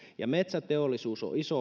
ja metsäteollisuus on iso